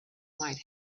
might